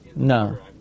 No